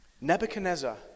Nebuchadnezzar